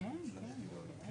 היה